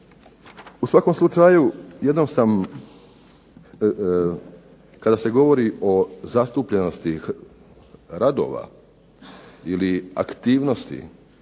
U svakom slučaju jednom sam, kada se govori o zastupljenosti radova ili aktivnosti